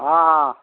ହଁ